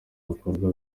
bikorwa